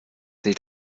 nicht